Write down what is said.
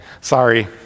Sorry